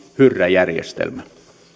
hyrrä järjestelmä